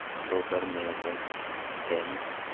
and nowhere near the thames,